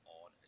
on